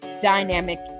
dynamic